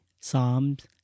psalms